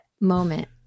moment